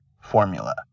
formula